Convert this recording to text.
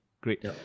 Great